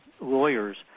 lawyers